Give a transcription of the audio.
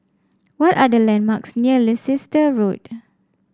what are the landmarks near Leicester Road